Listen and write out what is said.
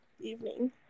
evening